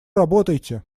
работайте